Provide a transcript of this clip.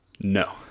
No